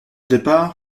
départ